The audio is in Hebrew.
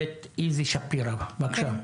בית איזי שפירא, בבקשה.